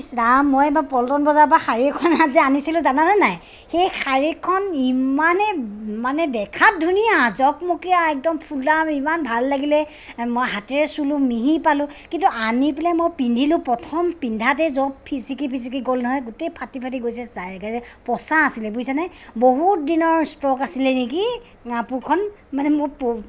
ইচ্ ৰাম মই এবাৰ পল্টন বজাৰৰপৰা শাড়ী এখন যে আনিছিলোঁ জানানে নাই সেই শাড়ীখন ইমানেই মানে দেখাত ধুনীয়া জকমকীয়া একদম ফুলাম ইমান ভাল লাগিলে মই হাতেৰে চুলোঁ মিহি পালোঁ কিন্তু আনি পেলাই মই পিন্ধিলোঁ প্ৰথম পিন্ধাতেই য'ত ফিচিকি ফিচিকি গ'ল নহয় গোটেই ফাটি ফাটি গৈছে ছাইদেৰে পচা আছিলে বুজিছানে বহুত দিনৰ ষ্টক আছিলে নেকি কাপোৰখন মানে মোৰ পো